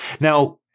Now